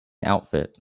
outfit